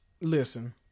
Listen